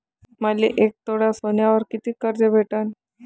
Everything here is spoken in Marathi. मले एक तोळा सोन्यावर कितीक कर्ज भेटन?